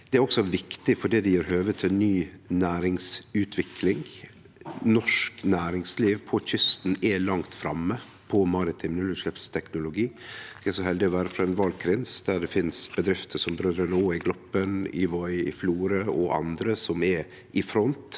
Det er også viktig fordi det gjev høve til ny næringsutvikling. Norsk næringsliv på kysten er langt framme på maritim nullutsleppsteknologi. Eg er så heldig å vere frå ein valkrins der det finst bedrifter som Brødrene Aa i Gloppen, Evoy i Florø og andre som er i front,